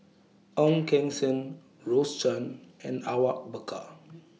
Ong Keng Sen Rose Chan and Awang Bakar